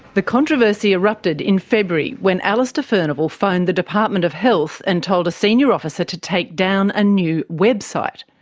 the controversy erupted in february when alastair furnival phoned the department of health and told a senior officer to take down a new website.